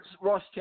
Ross